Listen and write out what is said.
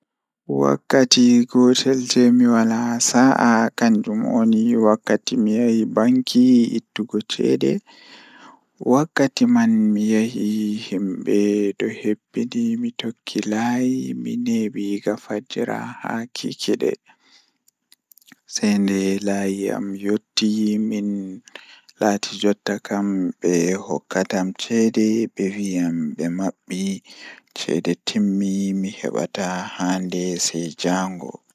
Wakkati gotel jei mi Wala sa'a kannjum woni Ko ɓeɓe woni ngam miɗo njogii baddaande fow, ɗum woni tawaareeji ngal. Nde mi ɓuri wonugol anndude e makko, ɓuri ndiyam kala no waawataa. Ko tigi mi haɗi fiya ɗum ko waawataa wuro wante.